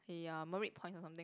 ya merit point or something